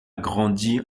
grandit